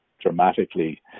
dramatically